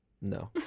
no